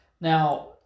Now